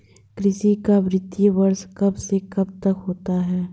कृषि का वित्तीय वर्ष कब से कब तक होता है?